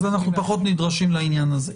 אז אנחנו פחות נדרשים לעניין הזה.